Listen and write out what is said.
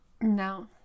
no